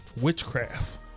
witchcraft